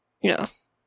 Yes